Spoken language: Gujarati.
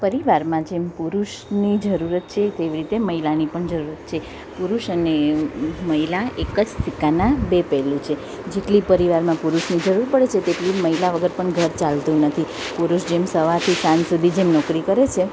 પરિવારમાં જેમ પુરુષની જરૂરત છે તેવી રીતે મહિલાની પણ જરૂરત છે પુરુષ અને મહિલા એક જ સિક્કાના બે પહેલું છે જેટલી પરિવારમાં પુરુષની જરૂર પડે છે તેટલી મહિલા વગર પણ ઘર ચાલતું નથી પુરુષ જેમ સવારથી સાંજ સુધી જેમ નોકરી કરે છે